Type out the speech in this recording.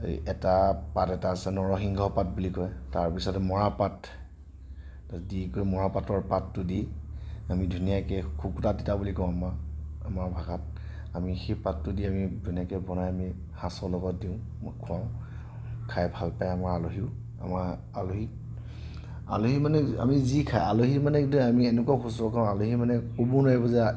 এটা পাত এটা আছে নৰসিংহ পাত বুলি কয় তাৰ পিছতে মৰাপাত দি কৰি মৰাপাতৰ পাতটো দি আমি ধুনীয়াকৈ শুকুতা তিতা বুলি কওঁ ম আমাৰ ভাষাত আমি সেই পাতটো দি আমি ধুনীয়াকৈ বনাই আমি সাচৰ সাজৰ লগত দিওঁ বা খুৱাওঁ খাই ভাল পায় আমাৰ আলহী আমাৰ আলহীক আলহী মানে আমি যি খাই আলহী মানে একদম আমি এনেকুৱা শুশ্ৰূষা কৰোঁ আলহী মানে ক'ব নোৱাৰিব যে